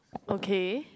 okay